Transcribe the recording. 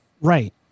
Right